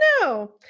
no